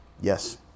Yes